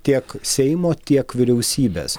tiek seimo tiek vyriausybės